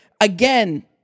again